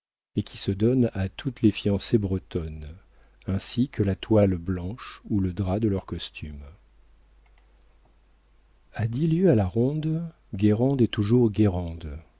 et qui se donnent à toutes les fiancées bretonnes ainsi que la toile blanche ou le drap de leurs costumes a dix lieues à la ronde guérande est toujours